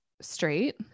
straight